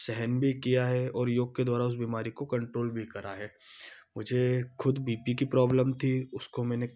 सहन भी किया है और योग के द्वारा उस बीमारी को कण्ट्रोल भी करा है मुझे खुद बी पी की प्रॉब्लम थी उसको मैंने